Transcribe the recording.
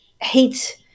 hate